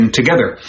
together